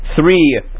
three